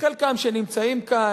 חלקם שנמצאים כאן,